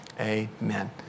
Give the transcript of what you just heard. amen